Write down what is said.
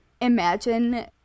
Imagine